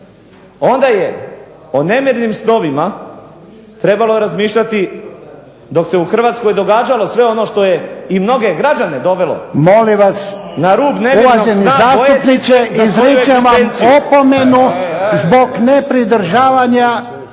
onda je o nemirnim snovima trebalo razmišljati dok se u Hrvatskoj događalo sve ono što je i mnoge građane dovelo na rub **Jarnjak, Ivan (HDZ)** Molim vas! Uvaženi zastupniče izričem vam opomenu zbog nepridržavanja